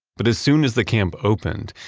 but as soon as the camp opened,